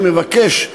אני מבקש,